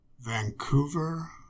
Vancouver